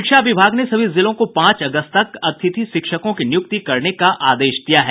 शिक्षा विभाग ने सभी जिलों को पांच अगस्त तक अतिथि शिक्षकों की नियुक्ति करने का आदेश दिया है